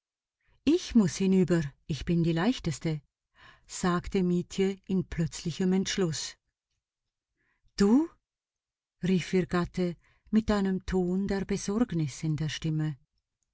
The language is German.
ich muß hinüber ich bin die leichteste sagte mietje in plötzlichem entschluß du rief ihr gatte mit einem ton der besorgnis in der stimme